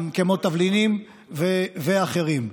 תבלינים ואחרים.